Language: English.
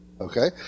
Okay